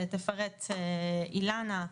שתפרט אילנה,